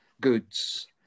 goods